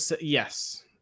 Yes